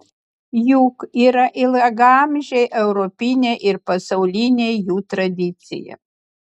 juk yra ilgaamžė europinė ir pasaulinė jų tradicija